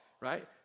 right